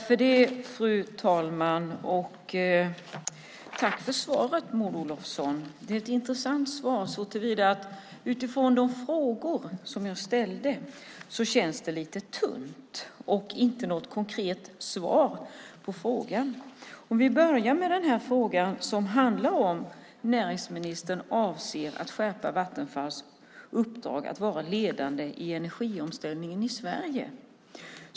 Fru talman! Tack för svaret, Maud Olofsson! Det är ett intressant svar så till vida att utifrån de frågor jag ställde känns det lite tunt. Det är inte något konkret svar på frågorna. Vi börjar med frågan om näringsministern avser att skärpa Vattenfalls uppdrag att vara ledande i energiomställningen i Sverige.